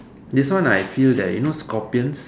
this one I feel that you know scorpions